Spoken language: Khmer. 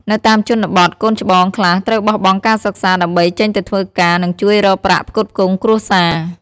នៅតាមជនបទ កូនច្បងខ្លះត្រូវបោះបង់ការសិក្សា ដើម្បីចេញទៅធ្វើការ និងជួយរកប្រាក់ផ្គត់ផ្គង់គ្រួសារ។